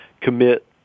commit